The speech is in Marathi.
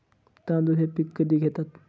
तांदूळ हे पीक कधी घेतात?